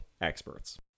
experts